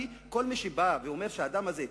כל מי שבא ואומר על האדם הזה,